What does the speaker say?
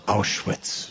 Auschwitz